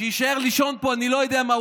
שיישאר לישון פה, אני לא יודע מה.